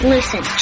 Listen